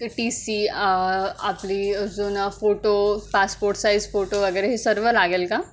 क T C आपली अजून फोटो पासपोर्ट साईज फोटो वगैरे हे सर्व लागेल का